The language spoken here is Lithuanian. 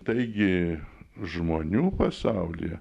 taigi žmonių pasaulyje